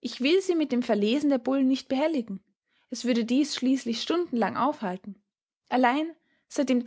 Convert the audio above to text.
ich will sie mit dem verlesen der bullen nicht behelligen es würde dies schließlich stundenlang aufhalten allein seit dem